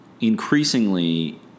increasingly